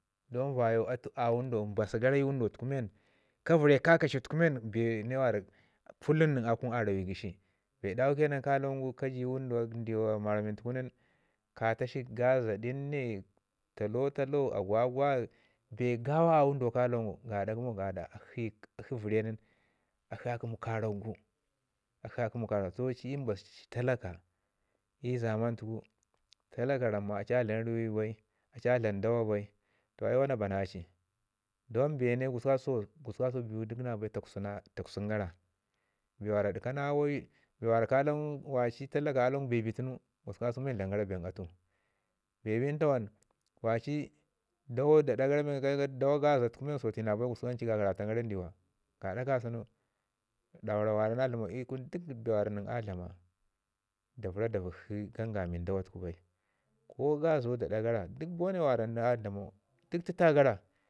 Don vəyau atu a wunduwau mbasu gara men i wunduwau tuku men ka vəre ka kaci tuku men ka vəre ka kaci tuku men bee ne wara kullum nən a kunu arawi gəshi bee dawu ke nan ka ci wənduwa ndiwa marmamin tuku men ka tashi gazadin ne, talo- talo, agwagwa bee gawa a wunduwau ka lawangu gaɗa gəmo, gaɗa akshi vəre nin akshi a kəmu karak gu akshi a kəmu karak gu. Ci i mbasu talaka i zaman tuku talaka raman a ci a dlam ruwai bai a dlam dawa bai toh ai wan bana a ci don bee ne gusku gasau duk bee takwsuna takwsun gara. Bee wara dəkana awayau bee wara ka lawan waci talaka a lawan gu bee bai tunu- dlamən gara bee nin atu, bee bin tawan? Waci dawa da aɗa gara dawa gaza tuku men ancu dan da gagaratun gara in ndiwa. Craɗa kasunu duk bee wara nən a dlamau da vəra da vəkshi gangamin dawa tuku bai ko gaza da aɗa gara duk bone mi wara nda dlamau duk təta gara